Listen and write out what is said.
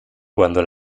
cuando